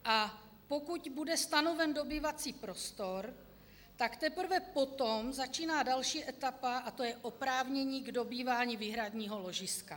A pokud bude stanoven dobývací prostor, tak teprve potom začíná další etapa a to je oprávnění k dobývání výhradního ložiska.